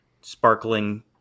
sparkling